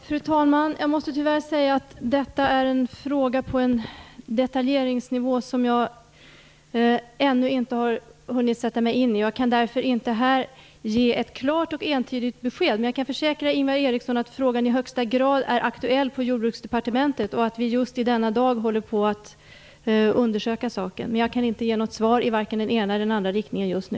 Fru talman! Jag måste tyvärr säga att detta är en fråga på en detaljeringsnivå som jag ännu inte har hunnit sätta mig in i. Jag kan därför inte här ge ett klart och entydigt besked, men jag kan försäkra Ingvar Eriksson att frågan i högsta grad är aktuell på Jordbruksdepartementet. Just denna dag håller vi på att undersöka saken. Jag kan inte ge något svar i vare sig den ena eller den andra riktningen just nu.